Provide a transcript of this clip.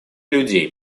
людей